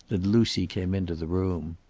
that lucy came into the room.